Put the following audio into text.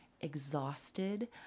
exhausted